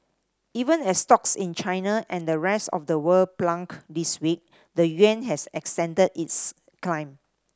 even as stocks in China and the rest of the world plunged this week the yuan has extended its climb